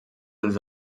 els